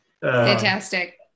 fantastic